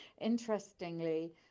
Interestingly